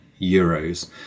euros